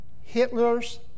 Hitler's